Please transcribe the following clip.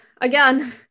again